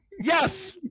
yes